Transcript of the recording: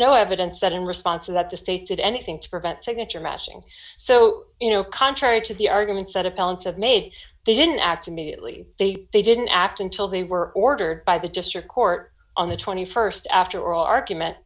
no evidence that in response to that the state did anything to prevent signature mashing so you know contrary to the arguments that a balance of mate they didn't act immediately they they didn't act until they were ordered by the district court on the st after all argument